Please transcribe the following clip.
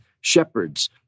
shepherds